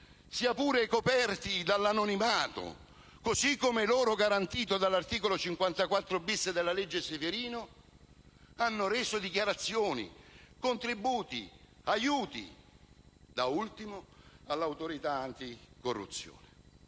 sia pur coperti dall'anonimato, come loro garantito dall'articolo 54-*bis* della legge Severino, abbiano reso dichiarazioni, contributi, aiuti, da ultimo all'Autorità anticorruzione.